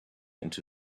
into